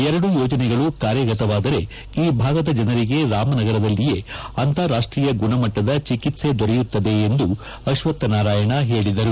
ಎರಡೂ ಯೋಜನೆಗಳು ಕಾರ್ಯಗತವಾದರೆ ಈ ಭಾಗದ ಜನರಿಗೆ ರಾಮನಗರದಲ್ಲಿಯೇ ಅಂತಾರಾಷ್ಟೀಯ ಗುಣಮಟ್ವದ ಚಿಕಿತ್ಪೆ ದೊರೆಯುತ್ತದೆ ಎಂದು ಅಶ್ವಥ್ ನಾರಾಯಣ ಹೇಳಿದರು